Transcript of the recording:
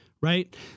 right